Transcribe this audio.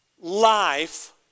Life